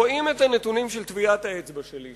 רואים את הנתונים של טביעת האצבע שלי,